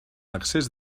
accés